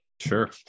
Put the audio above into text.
Sure